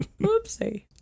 Oopsie